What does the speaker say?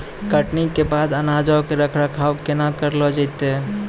कटनी के बाद अनाजो के रख रखाव केना करलो जैतै?